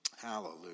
Hallelujah